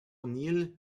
neil